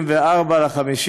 אתה רואה שעושים.